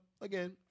again